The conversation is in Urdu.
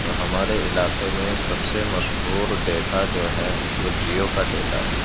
تو ہمارے علاقے میں سب سے مشہور ڈیٹا جو ہے وہ جیو کا ڈیٹا ہے